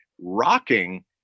rocking